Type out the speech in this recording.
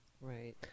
Right